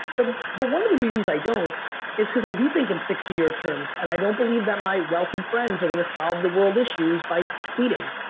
but but one of the reasons i don't is cause i do think in sixty year terms, and i don't believe that my wealthy are gonna solve the world issues by tweeting.